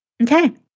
Okay